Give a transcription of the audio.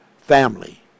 family